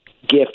gift